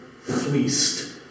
Fleeced